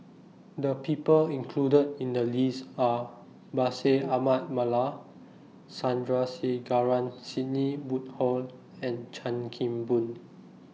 The People included in The list Are Bashir Ahmad Mallal Sandrasegaran Sidney Woodhull and Chan Kim Boon